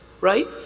right